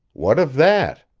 what of that?